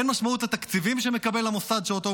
אין משמעות לתקציבים שמקבל המוסד שאותו הוא